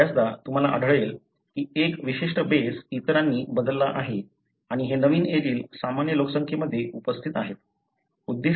बर्याचदा तुम्हाला आढळेल की एक विशिष्ट बेस इतरांनी बदलला आहे आणि हे नवीन एलील सामान्य लोकसंख्येमध्ये उपस्थित आहे